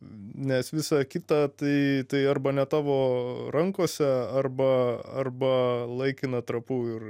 nes visa kita tai tai arba ne tavo rankose arba arba laikina trapu ir